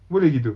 boleh gitu